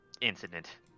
Incident